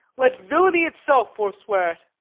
let villainy itself forswear't.